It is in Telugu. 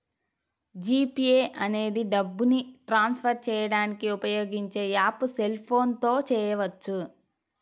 జీ పే అనేది డబ్బుని ట్రాన్స్ ఫర్ చేయడానికి ఉపయోగించే యాప్పు సెల్ ఫోన్ తో చేయవచ్చు